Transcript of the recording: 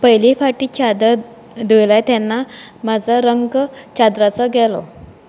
पयले फावटीं चादर धुले तेन्ना म्हजो रंग चादराचो गेलो